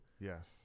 Yes